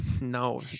No